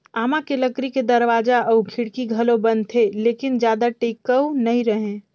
आमा के लकरी के दरवाजा अउ खिड़की घलो बनथे लेकिन जादा टिकऊ नइ रहें